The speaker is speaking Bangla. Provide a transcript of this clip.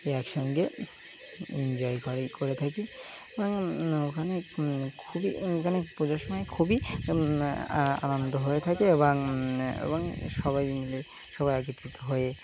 একসঙ্গে এনজয় করে করে থাকি এবং ওখানে খুবই ওখানে পুজোর সময় খুবই আনন্দ হয়ে থাকে এবং এবং সবাই মিলে সবাই একত্রিত হয়ে